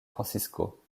francisco